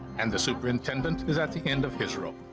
and the superintendent is at the end of his rope.